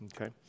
Okay